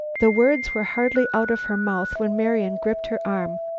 the words were hardly out of her mouth when marian gripped her arm.